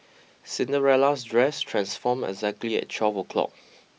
Cinderella's dress transformed exactly at twelve o'clock